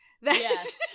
Yes